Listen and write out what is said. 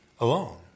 alone